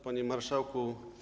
Panie Marszałku!